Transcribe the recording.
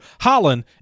Holland